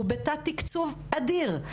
שהוא בתת תקצוב אדיר.